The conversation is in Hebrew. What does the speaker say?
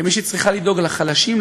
כמי שצריכה לדאוג לחלשים,